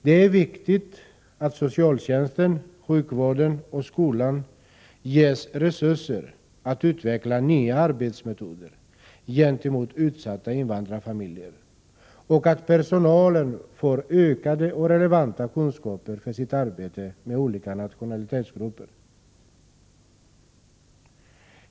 Det är viktigt att socialtjänsten, sjukvården och skolan ges resurser att utveckla nya arbetsmetoder gentemot utsatta invandrarfamiljer och att personalen får ökade och relevanta kunskaper för sitt arbete med olika nationalitetsgrupper.